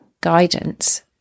guidance